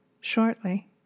Shortly